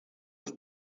des